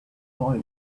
boy